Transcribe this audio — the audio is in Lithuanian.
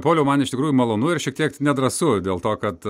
pauliau man iš tikrųjų malonu ir šiek tiek nedrąsu dėl to kad